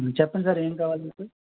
చెప్పండి సార్ ఏం కావాలి మీకు